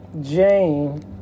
Jane